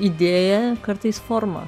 idėja kartais forma